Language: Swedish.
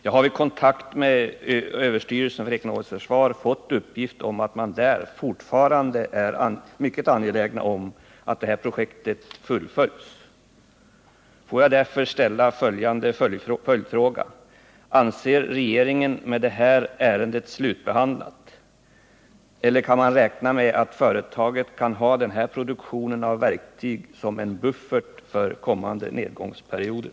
Jag har vid kontakt med ÖEF fått uppgiften att man där fortfarande är mycket angelägen att detta projekt fullföljs. Låt mig därför ställa följande följdfråga: Anser regeringen ärendet slutbehandlat med det här eller kan man räkna med att företaget kan ha den här produktionen av verktyg som en buffert för kommande nedgångsperioder?